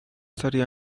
سریع